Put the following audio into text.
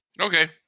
Okay